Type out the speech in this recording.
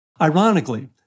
Ironically